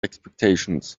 expectations